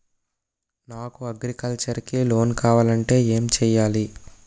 నాకు అగ్రికల్చర్ కి లోన్ కావాలంటే ఏం చేయాలి?